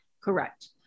Correct